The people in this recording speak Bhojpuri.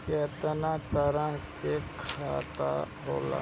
केतना तरह के खाता होला?